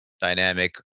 dynamic